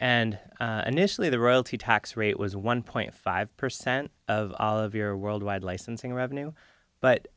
and an initially the royalty tax rate was one point five percent of all of your worldwide licensing revenue but